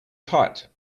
tight